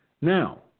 Now